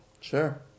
Sure